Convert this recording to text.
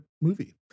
movie